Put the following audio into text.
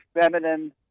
feminine